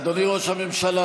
אדוני ראש הממשלה,